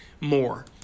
more